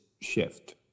shift